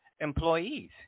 employees